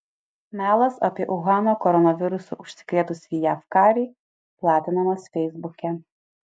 melas apie uhano koronavirusu užsikrėtusį jav karį platinamas feisbuke